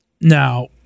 Now